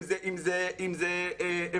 אם זה מוסיקה.